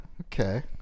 okay